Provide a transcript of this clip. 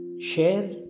share